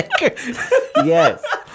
Yes